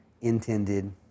intended